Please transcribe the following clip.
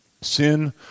Sin